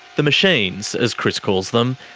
the machines, as chris calls them,